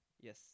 yes